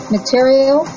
Material